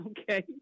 okay